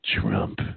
Trump